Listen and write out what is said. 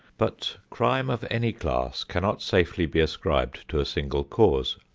but crime of any class cannot safely be ascribed to a single cause.